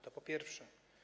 To po pierwsze.